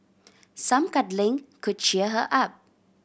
some cuddling could cheer her up